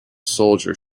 soldier